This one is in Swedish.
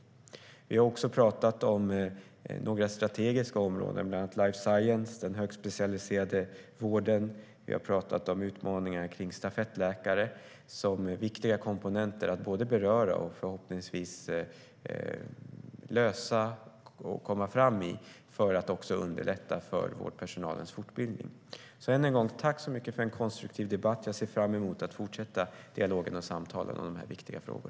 Vi har också pratat om några strategiska områden, bland annat life science och den högspecialiserade vården. Vi har pratat om utmaningar kring stafettläkare som är viktiga komponenter att både beröra och förhoppningsvis lösa och komma fram i för att också underlätta för vårdpersonalens fortbildning. Än en gång: Tack så mycket för en konstruktiv debatt! Jag ser fram emot att fortsätta dialogen och samtalen om dessa viktiga frågor.